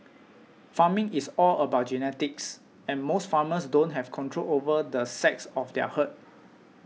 farming is all about genetics and most farmers don't have control over the sex of their herd